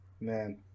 man